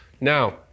now